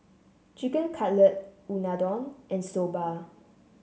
Chicken Cutlet Unadon and Soba